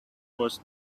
was